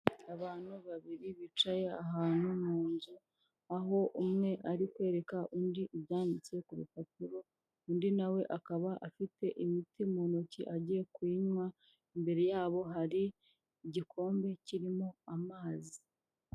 Abantu babiri bicaye ahantu mu nzu, aho umwe ari kwereka undi byanditse ku rupapuro, undi nawe akaba afite imiti mu ntoki agiye kuyinywa, imbere yabo hari igikombe kirimo amazi.